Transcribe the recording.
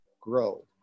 grow